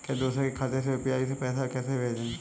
किसी दूसरे के खाते में यू.पी.आई से पैसा कैसे भेजें?